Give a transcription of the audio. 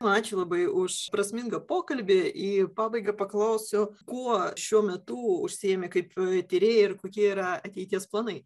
ačiū labai už prasmingą pokalbį į pabaigą paklausiu kuo šiuo metu užsiėmi kaip tyrėja ir kokie yra ateities planai